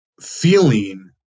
feeling